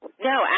No